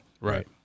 Right